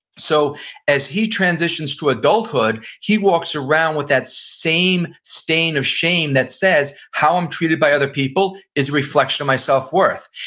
so as he transitions to adulthood he walks around with that same stain of shame that says, how i'm treated by other people is a reflection of my self worth.